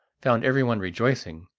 found everyone rejoicing,